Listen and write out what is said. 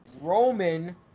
Roman